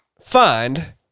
find